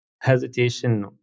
hesitation